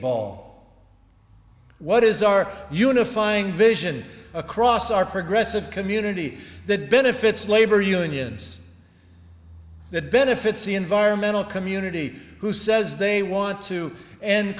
ball what is our unifying vision across our progressive community that benefits labor unions that benefits the environmental community who says they want to end